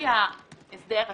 לפי ההסדר הכללי,